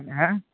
হ্যাঁ